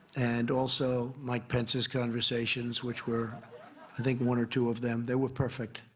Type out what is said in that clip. and, also, mike pence's conversations, which were i think one or two of them they were perfect.